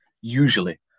usually